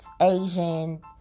Asian